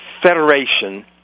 federation